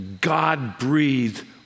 God-breathed